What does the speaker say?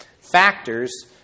factors